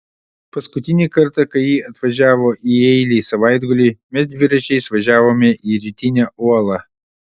paskutinį kartą kai ji atvažiavo į jeilį savaitgaliui mes dviračiais važiavome į rytinę uolą